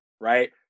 right